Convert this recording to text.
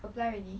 apply already